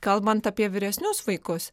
kalbant apie vyresnius vaikus